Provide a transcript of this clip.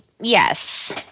yes